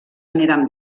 aniran